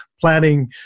planning